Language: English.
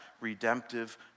redemptive